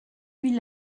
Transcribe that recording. nuit